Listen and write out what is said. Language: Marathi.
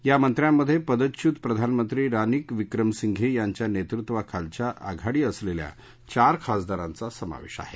या मंत्र्यामध्ये पदच्युत प्रधानमंत्री रानिल विक्रमसिंघे यांच्या नेतृत्वा खालच्या आघाडी असलेल्या चार खासदारांचा समावेश आहे